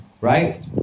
right